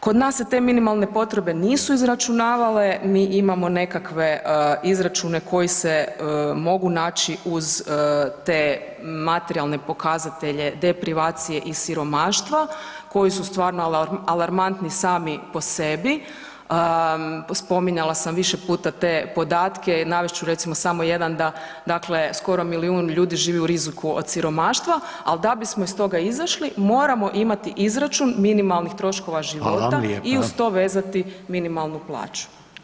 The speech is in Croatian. Kod nas se te minimalne potrebe nisu izračunavale, mi imamo nekakve izračune koji se mogu naći uz te materijalne pokazatelje deprivacije i siromaštva koji su stvarno alarmantni sami po sebi, spominjala sam više puta te podatke i navest ću recimo samo jedan da dakle skoro milijun ljudi živi u riziku od siromaštva, al da bismo iz toga izašli moramo imati izračun minimalnih troškova života [[Upadica: Hvala vam lijepa]] i uz to vezati minimalnu plaću.